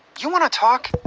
you wanna talk?